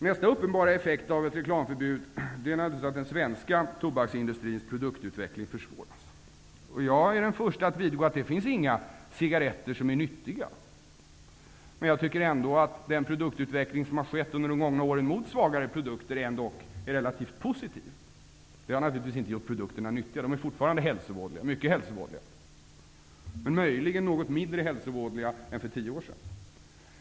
Nästa uppenbara effekt av ett reklamförbud är naturligtvis att den svenska tobaksindustrins produktutveckling försvåras. Jag är den förste att vidgå att det inte finns några cigaretter som är nyttiga, men jag tycker ändå att den produktutveckling som har skett under de gångna åren, mot svagare produkter, är relativt positiv. Det har naturligtvis inte gjort produkterna nyttiga, utan de är fortfarande hälsovådliga, mycket hälsovådliga, men möjligen något mindre hälsovådliga än vad de var för tio år sedan.